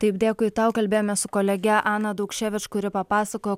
taip dėkui tau kalbėjome su kolege ana daukševič kuri papasakojo